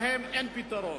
להם אין פתרון.